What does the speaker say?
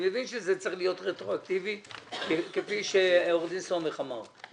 אני מבין שזה צריך להיות רטרואקטיבי כפי שעורך דין סומך אמר,